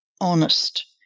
Honest